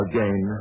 Again